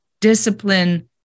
discipline